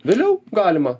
vėliau galima